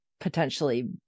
potentially